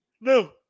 No